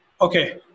Okay